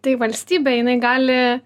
tai valstybė jinai gali